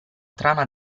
trama